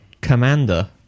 commander